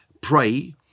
pray